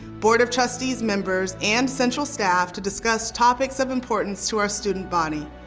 board of trustees members and central staff to discuss topics of importance to our student body.